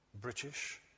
British